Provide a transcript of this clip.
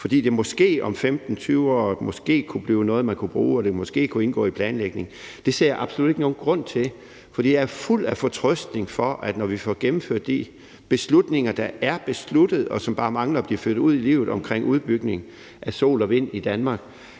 fordi det måske om 15-20 år kunne blive noget, man kunne bruge, og at det måske kunne indgå i planlægningen, ser jeg absolut ikke nogen grund til, for jeg er fuld af fortrøstning, i forhold til at når vi får gennemført de beslutninger, der er truffet, og som bare mangler at blive ført ud i livet, omkring udbygning af sol- og vindenergi i Danmark,